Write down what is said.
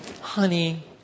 Honey